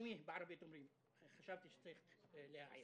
חשבתי שצריך להעיר.